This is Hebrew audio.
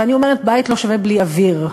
ואני אומרת: בית לא שווה בלי אוויר.